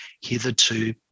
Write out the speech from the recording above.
hitherto